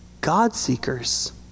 God-seekers